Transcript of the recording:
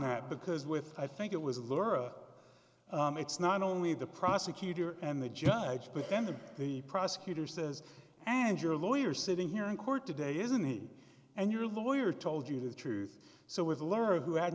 that because with i think it was laura it's not only the prosecutor and the judge but then the prosecutor says and your lawyer sitting here in court today isn't he and your lawyer told you the truth so is a lawyer who had